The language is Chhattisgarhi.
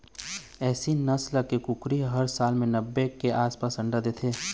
एसील नसल के कुकरी ह साल म नब्बे के आसपास अंडा देथे